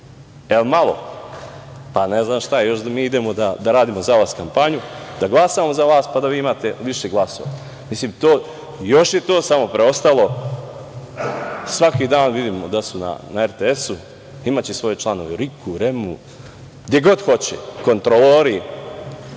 Jel malo? Pa ne znam šta, još da mi idemo da radimo za vas kampanju, da glasamo za vas, pa da vi imate više glasova. Još je to samo preostalo. Svaki dan vidimo da su na RTS-u. Imaće svoje članove u RIK-u, REM-u, gde god hoće, kontrolori.